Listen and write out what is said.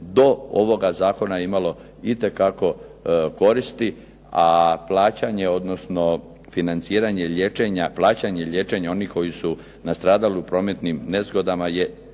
do ovoga zakona je imalo itekako koristi, a plaćanje odnosno financiranje liječenja, plaćanje liječenja onih koji su nastradali u prometnim nezgodama je